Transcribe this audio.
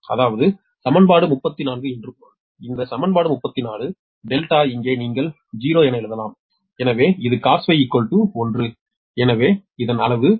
அதாவது சமன்பாடு 34 என்று பொருள் இந்த சமன்பாடு 34 δ இங்கே நீங்கள் 0 என எழுதலாம் எனவே இது cos 𝟎 1